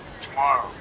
Tomorrow